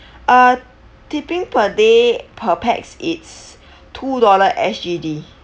uh tipping per day per pax it's two dollar S_G_D